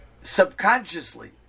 subconsciously